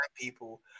people